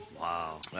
Wow